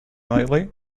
lately